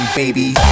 Baby